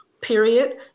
period